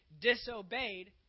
disobeyed